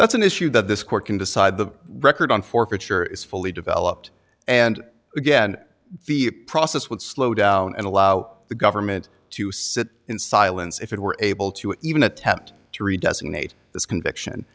that's an issue that this court can decide the record on forfeiture is fully developed and again the process would slow down and allow the government to sit in silence if it were able to even attempt to re designate this conviction